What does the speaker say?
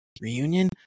reunion